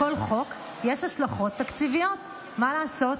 לכל חוק יש השלכות תקציביות, מה לעשות?